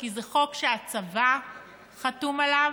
כי זה חוק שהצבא חתום עליו,